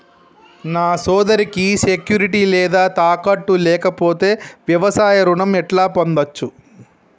నా సోదరికి సెక్యూరిటీ లేదా తాకట్టు లేకపోతే వ్యవసాయ రుణం ఎట్లా పొందచ్చు?